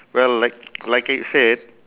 well like like you said